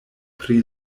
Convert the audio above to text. pri